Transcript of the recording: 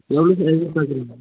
எவ்வளோ சார் எதிர்பார்க்கறீங்க